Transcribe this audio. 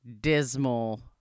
dismal